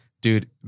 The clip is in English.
dude